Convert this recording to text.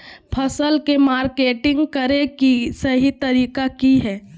फसल के मार्केटिंग करें कि सही तरीका की हय?